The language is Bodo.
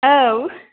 औ